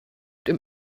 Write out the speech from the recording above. dem